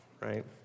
right